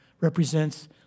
represents